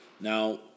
Now